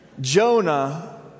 Jonah